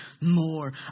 more